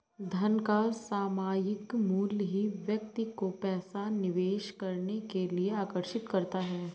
धन का सामायिक मूल्य ही व्यक्ति को पैसा निवेश करने के लिए आर्कषित करता है